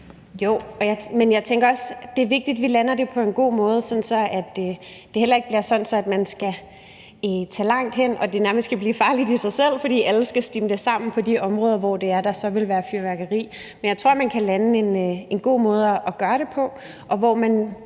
Jo, men jeg tænker også, det er vigtigt, at vi lander det på en god måde, så det heller ikke bliver sådan, at man skal tage langt væk, og at det nærmest kan blive farligt i sig selv, fordi alle skal stimle sammen på de områder, hvor der så vil være fyrværkeri. Men jeg tror, at man kan lande en god måde at gøre det på, så man